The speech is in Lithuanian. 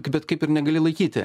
bet kaip ir negali laikyti